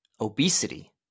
obesity